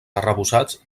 arrebossats